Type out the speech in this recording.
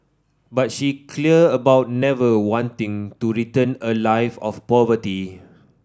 but she clear about never wanting to return a life of poverty